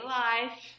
life